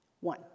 One